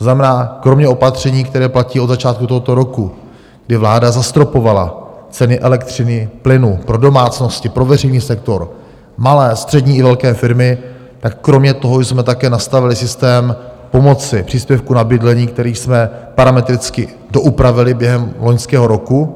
To znamená, kromě opatření, které platí od začátku tohoto roku, kdy vláda zastropovala ceny elektřiny, plynu pro domácnosti, pro veřejný sektor, malé, střední i velké firmy, tak kromě toho jsme také nastavili systém pomoci, příspěvku na bydlení, který jsme parametricky doupravili během loňského roku.